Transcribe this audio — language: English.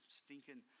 stinking